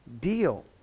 deal